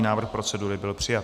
Návrh procedury byl přijat.